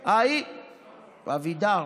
אבידר.